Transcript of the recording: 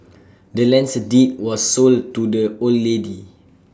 the land's deed was sold to the old lady